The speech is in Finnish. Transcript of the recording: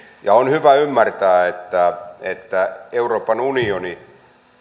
ja on hyvä ymmärtää että että euroopan unioni